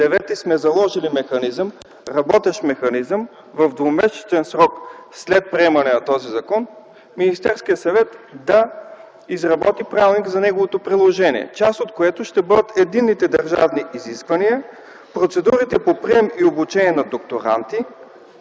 сме заложили работещ механизъм в двумесечен срок след приемане на този закон Министерският съвет да изработи правилник за неговото приложение, част от който ще бъдат единните държавни изисквания, процедурите по прием и обучение на докторанти,